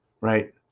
right